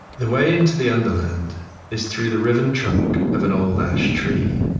the way into the underland is through the riven trunk of an old ash tree.